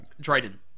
Dryden